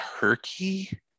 turkey